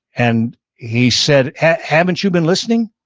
and he said haven't you been listening?